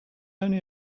only